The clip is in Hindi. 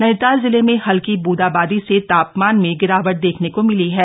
नैनीताल जिले में हल्की बूंदाबांदी से तापमान में गिरावट देखने को मिली है